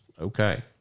okay